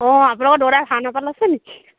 ও আপোনালোকৰ দৌতাই ভাওনা পাৰ্ট লৈছে নেকি